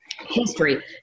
history